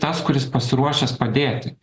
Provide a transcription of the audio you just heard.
tas kuris pasiruošęs padėti